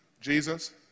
Jesus